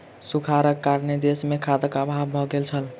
सूखाड़क कारणेँ देस मे खाद्यक अभाव भ गेल छल